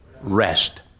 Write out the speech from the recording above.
Rest